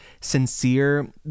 sincere